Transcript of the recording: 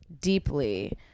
deeply